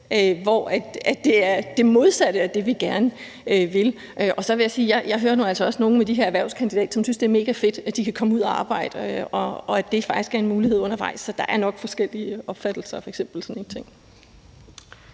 som er det modsatte af det, vi gerne vil. Så vil jeg sige, at jeg nu altså også hører nogle af de her erhvervskandidater, som synes, det er mega fedt, at de kan komme ud at arbejde, og at det faktisk er en mulighed undervejs. Så der er nok forskellige opfattelser